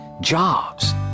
jobs